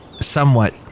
somewhat